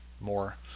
more